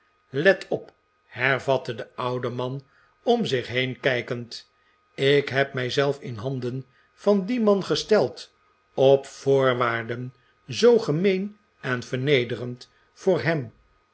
let op hervatte de oude man om zich heen kijkend ik heb mij zelf in handen van dien man gesteld op voorwaarden zoo gemeen en vernederend voor hem